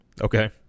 Okay